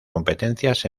competencias